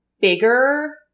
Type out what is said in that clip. bigger